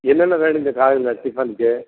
என்னென்ன வேணுங்க காலையில் டிஃபனுக்கு